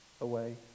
away